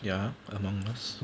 ya among us